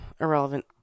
irrelevant